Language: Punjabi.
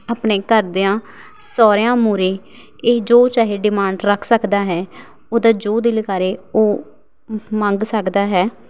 ਆਪਣੇ ਘਰਦਿਆਂ ਸਹੁਰਿਆਂ ਮੂਹਰੇ ਇਹ ਜੋ ਚਾਹੇ ਡਿਮਾਂਡ ਰੱਖ ਸਕਦਾ ਹੈ ਉਹਦਾ ਜੋ ਦਿਲ ਕਰੇ ਉਹ ਮੰਗ ਸਕਦਾ ਹੈ